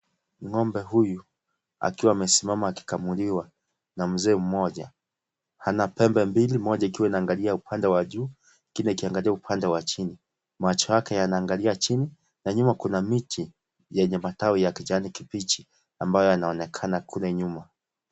Ng'ombe huyu akiwa amesimama akikamuliwa na mzee mmoja, ana pembe mbili moja ikiwa inaangalia upande wa juu ingine ikiangalia upande wa chini, macho yake yanaangalia chini na nyuma kuna miti yenye matawi ya kijani kibichi ambayo yanaonekana kule nyuma.